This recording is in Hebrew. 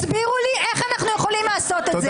תסבירו לי איך אנחנו יכולים לעשות את זה.